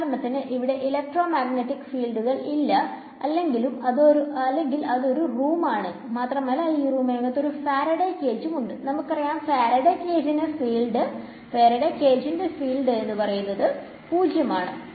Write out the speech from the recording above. ഉദാഹരണത്തിന് ഇവിടെ electromagnetic ഫീൽഡ്കൾഇല്ല അല്ലെങ്കിലും ഇതൊരു റൂം ആണ് മാത്രമല്ല ഈ റൂമിനകത്തു ഒരു ഫാരഡേ കേജ് ഉം ഉണ്ട് നമുക്കറിയാം ഫാരഡേ കേജിനകത്തു ഫീൽഡ് 0 ആണ്